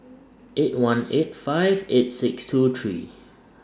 eight one eight five eight six two three